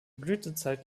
blütezeit